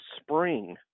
spring